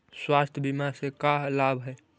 स्वास्थ्य बीमा से का लाभ है?